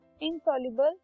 insoluble